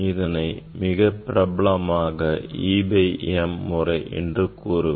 இதனை மிக பிரபலமாக e by m முறை என்று கூறுவர்